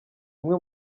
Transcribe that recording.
umwe